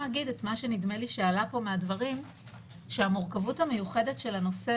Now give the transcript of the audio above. נדמה לי שעלה פה מהדברים שהמורכבות המיוחדת של הנושא,